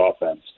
offense